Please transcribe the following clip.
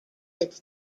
its